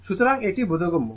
সুতরাং এটি বোধগম্য